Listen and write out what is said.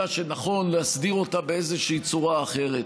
שנכון להסדיר אותה באיזושהי צורה אחרת.